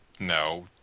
No